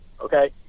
Okay